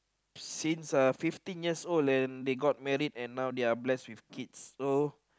since uh fifteen years old and they got married and now they are bless with kids so